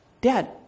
Dad